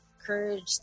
courage